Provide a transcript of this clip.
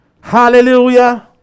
Hallelujah